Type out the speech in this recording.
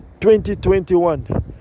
2021